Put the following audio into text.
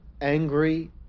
angry